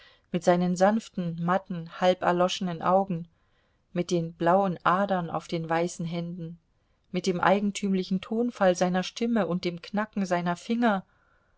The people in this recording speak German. mit seinen sanften matten halb erloschenen augen mit den blauen adern auf den weißen händen mit dem eigentümlichen tonfall seiner stimme und dem knacken seiner finger